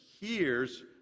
hears